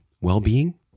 well-being